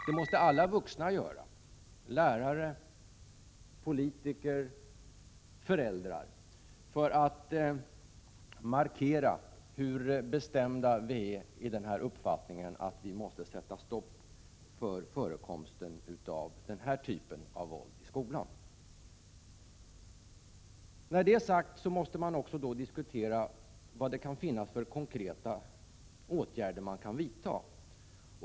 Det måste alla vuxna göra — lärare, politiker och föräldrar — för att markera hur bestämda vi är i uppfattningen att vi måste sätta stopp för förekomsten av den här typen av våld i skolan. 1 När detta är sagt måste vi också diskutera vad det kan finnas för konkreta åtgärder att vidta.